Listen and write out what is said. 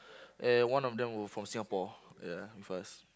and one of them were from Singapore ya with us